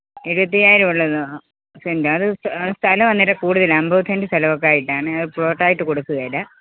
ഇരുപത്തയ്യായിരം ഉള്ളതോ സെന്റ് അത് സ്ഥലം സ്ഥലം അന്നേരം കൂടുതലാണ് അൻപത് സെന്റ് സ്ഥലമൊക്കെ ആയിട്ടാണ് അത് പ്ലോട്ടായിട്ട് കൊടുക്കുകേലാ